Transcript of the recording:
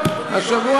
אדוני,